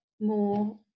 more